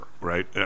right